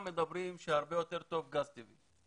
אם היינו יודעים שב-2024 אפשר יהיה להפעיל